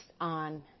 on